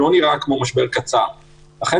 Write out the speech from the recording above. שעלה גם מהדברים של רז ועולה גם בהרבה ויכוחים